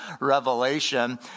Revelation